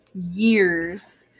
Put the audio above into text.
years